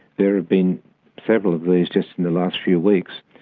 there have been several of these just in the last few weeks.